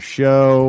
show